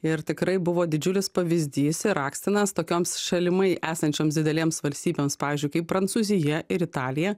ir tikrai buvo didžiulis pavyzdys ir akstinas tokioms šalimai esančioms didelėms valstybėms pavyzdžiui kaip prancūzija ir italija